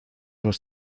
los